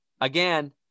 again